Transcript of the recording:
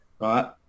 right